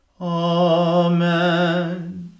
Amen